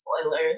spoilers